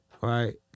right